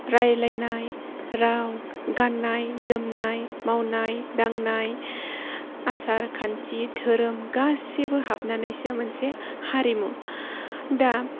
रायज्लायनाय राव गाननाय जोमनाय मावनाय दांनाय आसार खान्थि धोरोम गासिबो हाबनानैसो मोनसे हारिमु दा